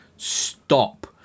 stop